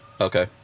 Okay